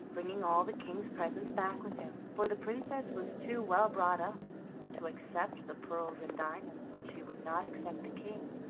bringing all the king's presents back with him, for the princess was too well brought up to accept the pearls and diamonds when she would not accept the king,